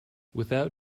without